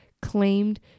claimed